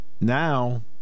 Now